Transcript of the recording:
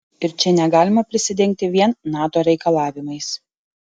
ir čia negalima prisidengti vien nato reikalavimais